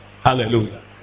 Hallelujah